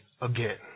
again